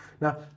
Now